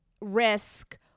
risk